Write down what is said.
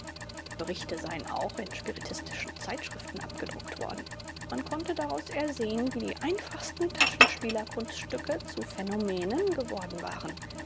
die berichte seien auch in spiritistischen zeitschriften abgedruckt worden man konnte daraus ersehen wie die einfachsten taschenspielerkunststücke zu phänomenen geworden waren